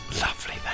lovely